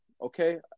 okay